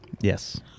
Yes